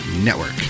network